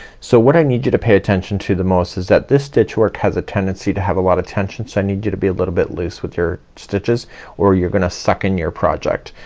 so what i need you to pay attention to the most is that this stitch work has a tendency to have a lot of tension. so i need you to be a little bit loose with your stitches or you're gonna suck in your project.